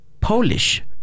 Polish